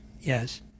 Yes